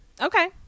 Okay